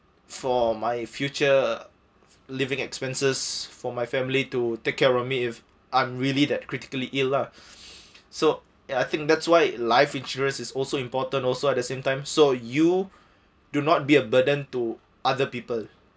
for my future living expenses for my family to take care of me if I'm really that critically ill lah so ya I think that's why life insurance is also important also at the same time so you do not be a burden to other people